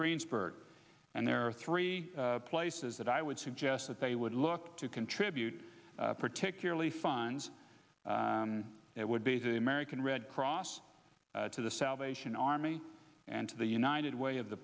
greensburg and there are three places that i would suggest that they would look to contribute particularly funds it would be american red cross to the salvation army and to the united way of the